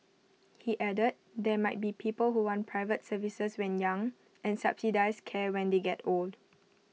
he added there might be people who want private services when young and subsidised care when they get old